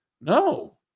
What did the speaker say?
no